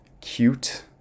Cute